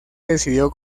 decidió